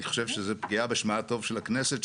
אני חושב שזו פגיעה בשמה הטוב של הכנסת,